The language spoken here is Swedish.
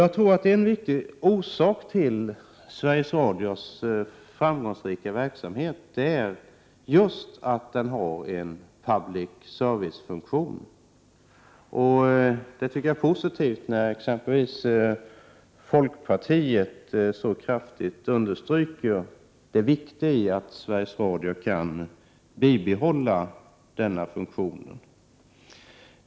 Jag tror att en viktig orsak till Sveriges Radios framgångsrika verksamhet är just public service-funktionen. Det är positivt att t.ex. folkpartiet så kraftigt understrukit det viktiga i att Sveriges Radio kan bibehålla denna funktion.